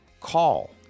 call